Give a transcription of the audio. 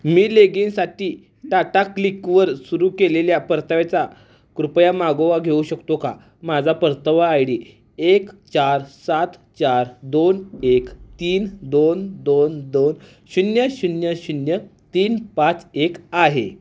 मी लेगिनसाठी टाटा क्लिकवर सुरू केलेल्या परताव्याचा कृपया मागोवा घेऊ शकतो का माझा परतावा आयडी एक चार सात चार दोन एक तीन दोन दोन दोन शून्य शून्य शून्य तीन पाच एक आहे